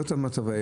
זה המצב.